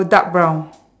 dark brown